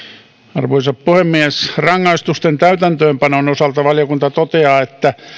arvoisa puhemies rangaistusten täytäntöönpanon osalta valiokunta toteaa että